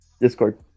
Discord